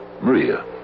Maria